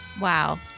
Wow